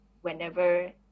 whenever